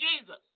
Jesus